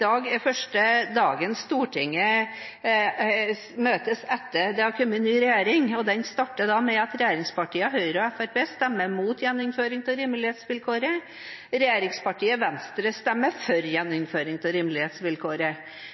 dag er første dagen Stortinget møtes etter at det har kommet en ny regjering, og den starter med at regjeringspartiene Høyre og Fremskrittspartiet stemmer mot gjeninnføring av rimelighetsvilkåret, mens regjeringspartiet Venstre stemmer for.